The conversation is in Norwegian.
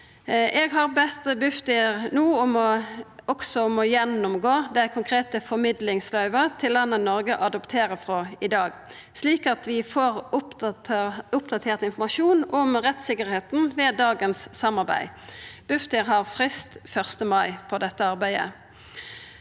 Eg har bedt Bufdir no om også å gjennomgå dei konkrete formidlingsløyva til landa Noreg adopterer frå i dag, slik at vi får oppdatert informasjon om rettssikkerheita ved dagens samarbeid. Bufdir har frist 1. mai på dette arbeidet.